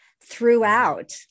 throughout